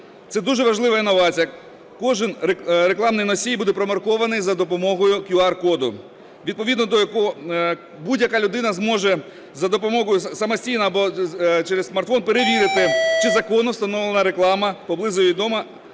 Це дуже важлива інновація: кожен рекламний носій буде промаркований за допомогою QR-коду, відповідного до якого будь-яка людина зможе самостійно або через смартфон перевірити, чи законно встановлена реклама поблизу їх дому,